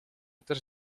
też